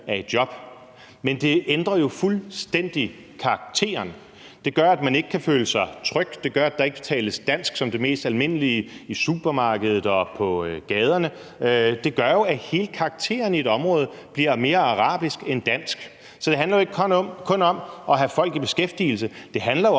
er i job, men det ændrer jo fuldstændig karakteren. Det gør, at man ikke kan føle sig tryg; det gør, at der ikke tales dansk som det mest almindelige sprog i supermarkedet og på gaderne; det gør jo, at hele karakteren af et område bliver mere arabisk end dansk. Så det handler jo ikke kun om at have folk i beskæftigelse; det handler jo